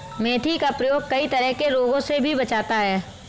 मेथी का प्रयोग कई तरह के रोगों से भी बचाता है